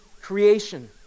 creation